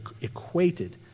equated